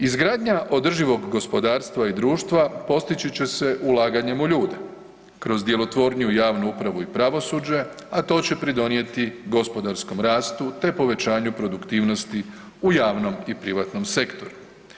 Izgradnja održivog gospodarstva i društva postići će se ulaganjem u ljude kroz djelotvorniju javnu upravu i pravosuđe a to će pridonijeti gospodarskom rastu te povećanju produktivnosti u javnom i privatnom sektoru.